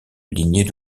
lignée